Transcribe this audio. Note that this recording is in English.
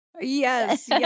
Yes